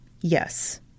Yes